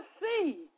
see